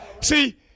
See